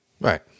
Right